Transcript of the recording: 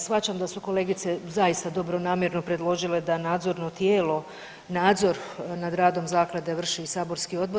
Shvaćam da su kolegice zaista dobronamjerno predložile da nadzorno tijelo, nadzor nad radom zaklade vrši i saborski odbor.